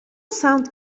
sound